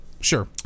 sure